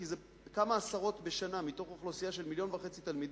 כי זה כמה עשרות בשנה מתוך אוכלוסייה של מיליון וחצי תלמידים,